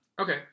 Okay